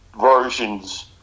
versions